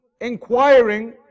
inquiring